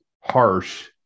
harsh